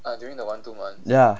ya